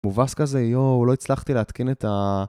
מובס כזה, יואו, לא הצלחתי להתקן את ה...